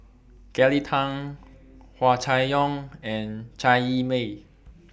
Kelly Tang Hua Chai Yong and Chai Yee Wei